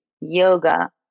yoga